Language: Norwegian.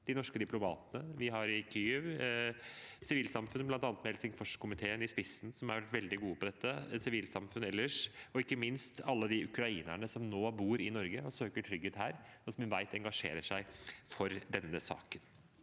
de norske diplomatene vi har i Kyiv, sivilsamfunnet – med bl.a. Helsingforskomiteen i spissen, som er veldig gode på dette – og ikke minst alle de ukrainerne som nå bor i Norge, som søker trygghet her, og som vi vet engasjerer seg for denne saken.